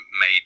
made